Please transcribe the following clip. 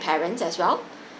parents as well